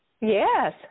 Yes